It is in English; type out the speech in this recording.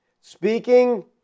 Speaking